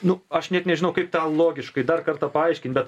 nu aš net nežinau kaip tą logiškai dar kartą paaiškint bet